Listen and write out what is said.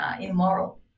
immoral